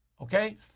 Okay